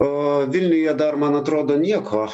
o vilniuje dar man atrodo nieko